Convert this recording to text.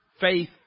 faith